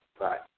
Right